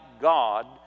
God